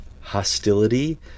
hostility